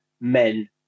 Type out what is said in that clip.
men